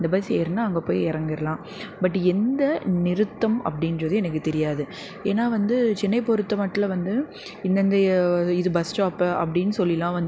இந்த பஸ்ஸு ஏறுனால் அங்கே போய் இறங்கிர்லாம் பட் எந்த நிறுத்தம் அப்படின்றது எனக்கு தெரியாது ஏன்னா வந்து சென்னை பொறுத்த வாட்ல வந்து இந்த இந்த இது பஸ் ஸ்டாப்பு அப்படின்னு சொல்லிலாம் வந்து